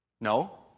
No